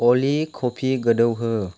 Ali coffee गोदौहो